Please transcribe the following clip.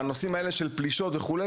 בנושאי פלישות וכל מה שמסביב להן,